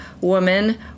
woman